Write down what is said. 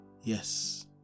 Yes